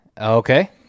Okay